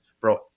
bro